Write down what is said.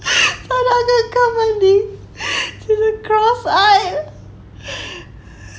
在我的课本里都是 cross-eyed